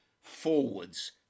forwards